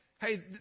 Hey